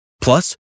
Plus